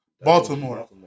Baltimore